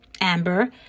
Amber